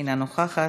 אינה נוכחת,